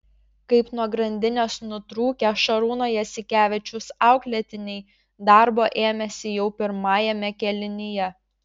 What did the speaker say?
kaip nuo grandinės nutrūkę šarūno jasikevičiaus auklėtiniai darbo ėmėsi jau pirmajame kėlinyje